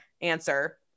answer